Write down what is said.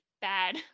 bad